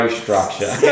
structure